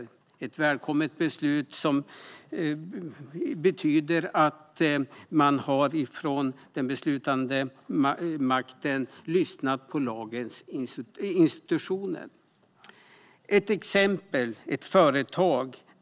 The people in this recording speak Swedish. Det är ett välkommet beslut som betyder att den beslutande makten har lyssnat på lagens intentioner.